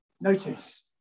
Notice